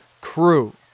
crew